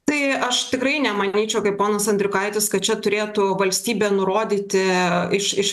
tai aš tikrai nemanyčiau kaip ponas andriukaitis kad čia turėtų valstybė nurodyti iš iš